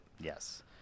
Yes